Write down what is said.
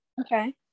Okay